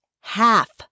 Half